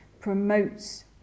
promotes